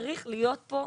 צריכה להיות פה,